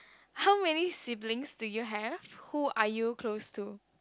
how many siblings do you have who are you close to